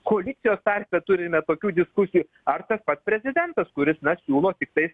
koalicijos tarpe turime tokių diskusijų ar tas pats prezidentas kuris siūlo tiktai